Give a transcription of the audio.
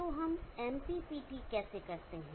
तो हम MPPT कैसे करते हैं